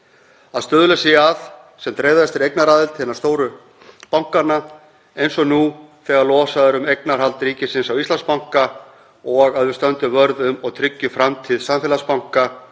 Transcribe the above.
að stuðlað sé að sem dreifðastri eignaraðild hinna stóru bankanna, eins og nú þegar losað er um eignarhald ríkisins á Íslandsbanka, og að við stöndum vörð um og tryggjum framtíð samfélagsbanka